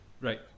right